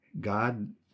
God